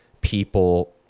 people